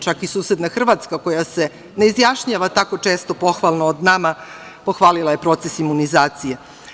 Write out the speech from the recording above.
Čak i susedna Hrvatska koja se ne izjašnjava tako često pohvalno o nama, pohvalila je proces imunizacije.